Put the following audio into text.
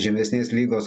žemesnės lygos